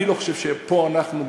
אני לא חושב שפה אנחנו,